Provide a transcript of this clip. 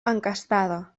encastada